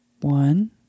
one